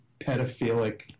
pedophilic